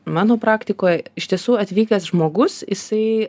mano praktikoj iš tiesų atvykęs žmogus jisai